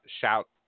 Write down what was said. shout